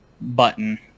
button